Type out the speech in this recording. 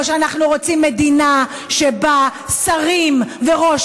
או שאנחנו רוצים מדינה שבה שרים וראש